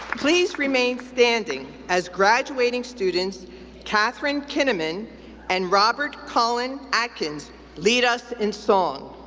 please remain standing as graduating students katherine kinnamon and robert colin atkins lead us in song.